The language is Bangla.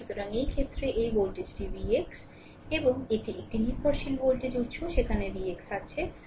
সুতরাং এই ক্ষেত্রে এই ভোল্টেজটি Vx এবং একটি নির্ভরশীল ভোল্টেজ উত্স সেখানে Vx আছে